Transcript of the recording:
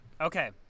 Okay